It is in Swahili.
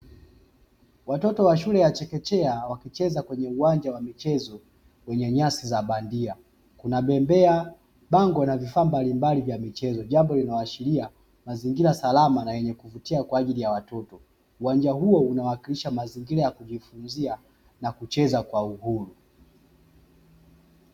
Watoto wa shule ya chekechea wakicheza kwenye uwanja wa michezo wenye nyasi za bandia. Kuna bembea bango na vifaa mbalimbali vya michezo, jambo linaloashiria mazingira salama na yenye kuvutia kwa ajili ya watoto, uwanja huo unawakilisha mazingira ya kujifunzia na kucheza kwa uhuru.